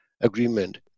agreement